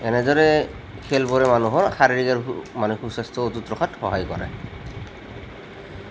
এনেদৰে খেলবোৰে মানুহৰ শাৰীৰিক আৰু মানসিক স্বাস্থ্য অটুত ৰখাত সহায় কৰে